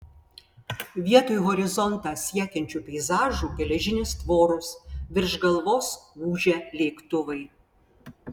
vietoj horizontą siekiančių peizažų geležinės tvoros virš galvos ūžia lėktuvai